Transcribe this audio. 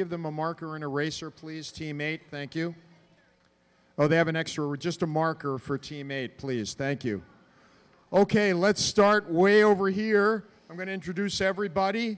give them a marker in a race or please teammate thank you oh they have an extra or just a marker for teammate please thank you ok let's start with over here i'm going to introduce everybody